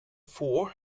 for